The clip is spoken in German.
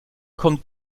kommt